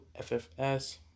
FFS